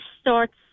starts